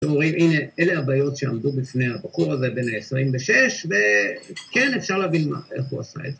שאומרים, הנה, אלה הבעיות שעמדו בפני הבחור הזה בן ה-26, וכן, אפשר להבין איך הוא עשה את זה.